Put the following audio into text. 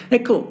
Ecco